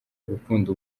gukunda